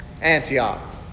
Antioch